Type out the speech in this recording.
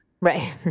right